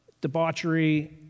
debauchery